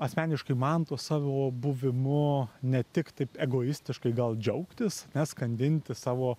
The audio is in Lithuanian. asmeniškai man tuo savo buvimu ne tik taip egoistiškai gal džiaugtis ane skandinti savo